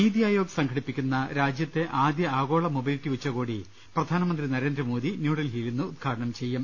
നിതി ആയോഗ് സംഘടിപ്പിക്കുന്ന രാജ്യത്തെ ആദ്യ ആഗോള മൊബിലിറ്റി ഉച്ചകോടി പ്രധാനമന്ത്രി നരേന്ദ്രമോദി ന്യൂഡൽഹിയിൽ ഇന്ന് ഉദ്ഘാടനം ചെയ്യും